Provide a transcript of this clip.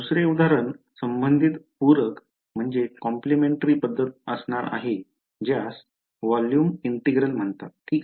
दुसरे उदाहरण संबंधित पूरक कॉम्पलीमेंटरी पद्धत असणार आहे ज्यास व्हॉल्यूम इंटिग्रल म्हणतात ओके